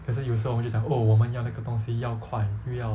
可是有时候我们就讲 oh 我们要那个东西要快又要